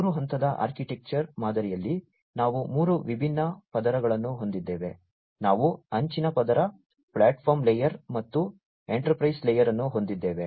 ಈ ಮೂರು ಹಂತದ ಆರ್ಕಿಟೆಕ್ಚರ್ ಮಾದರಿಯಲ್ಲಿ ನಾವು ಮೂರು ವಿಭಿನ್ನ ಪದರಗಳನ್ನು ಹೊಂದಿದ್ದೇವೆ ನಾವು ಅಂಚಿನ ಪದರ ಪ್ಲಾಟ್ಫಾರ್ಮ್ ಲೇಯರ್ ಮತ್ತು ಎಂಟರ್ಪ್ರೈಸ್ ಲೇಯರ್ ಅನ್ನು ಹೊಂದಿದ್ದೇವೆ